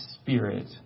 spirit